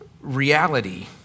reality